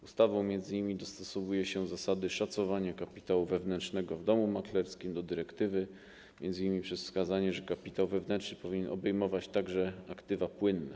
Ustawą m.in. dostosowuje się zasady szacowania kapitału wewnętrznego w domu maklerskim do dyrektywy, m.in. przez wskazanie, że kapitał wewnętrzny powinien obejmować także aktywa płynne.